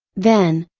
then,